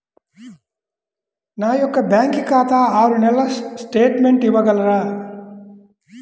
నా యొక్క బ్యాంకు ఖాతా ఆరు నెలల స్టేట్మెంట్ ఇవ్వగలరా?